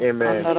Amen